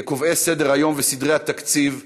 כקובעי סדר-היום וסדרי התקציב,